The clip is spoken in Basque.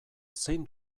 zein